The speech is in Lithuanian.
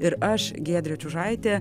ir aš giedrė čiužaitė